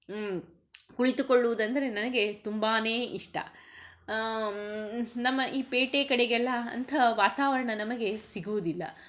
ಕುಳಿತುಕೊಳ್ಳುದಂದರೆ ನನಗೆ ತುಂಬಾ ಇಷ್ಟ ನಮ್ಮ ಈ ಪೇಟೆ ಕಡೆಗೆಲ್ಲ ಅಂಥ ವಾತಾವರಣ ನಮಗೆ ಸಿಗುವುದಿಲ್ಲ